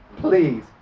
Please